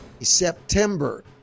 September